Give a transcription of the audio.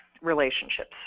relationships